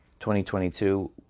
2022